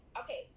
okay